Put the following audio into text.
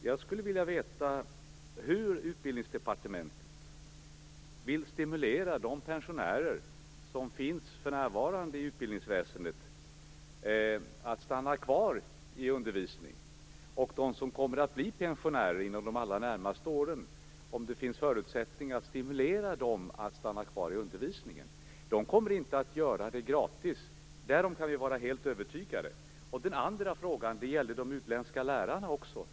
Jag skulle vilja veta hur Utbildningsdepartementet vill stimulera de pensionärer som för närvarande finns i utbildningsväsendet att stanna kvar i undervisning, och om det finns förutsättning att stimulera dem som kommer att bli pensionärer inom de allra närmaste åren att stanna kvar i undervisningen. De kommer inte att göra det gratis, därom kan vi vara helt övertygade. Den andra frågan gäller de utländska lärarna.